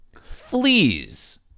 fleas